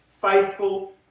faithful